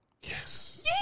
Yes